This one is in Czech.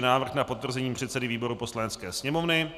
Návrh na potvrzení předsedy výboru Poslanecké sněmovny